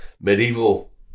medieval